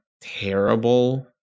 terrible